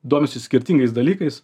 domisi skirtingais dalykais